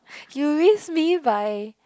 you miss me by